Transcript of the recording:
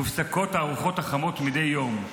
מופסקות הארוחות החמות מדי יום,